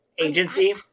agency